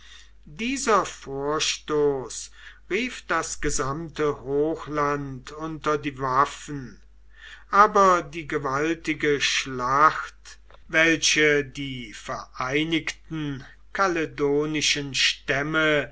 dieser vorstoß rief das gesamte hochland unter die waffen aber die gewaltige schlacht welche die vereinigten kaledonischen stämme